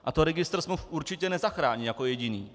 A to registr smluv určitě nezachrání jako jediný.